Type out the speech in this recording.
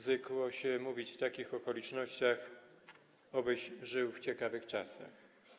Zwykło się mówić w takich okolicznościach: obyś żył w ciekawych czasach.